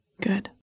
Good